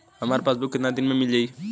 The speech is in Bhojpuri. हमार पासबुक कितना दिन में मील जाई?